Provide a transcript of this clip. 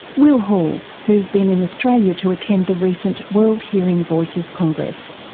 will hall, who has been in australia to attend the recent world hearing voices congress.